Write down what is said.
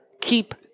keep